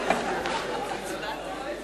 רווחים מפרסומים שעניינם עבירות (תיקון,